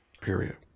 period